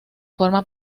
forma